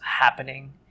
happening